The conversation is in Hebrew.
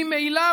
ממילא,